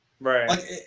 Right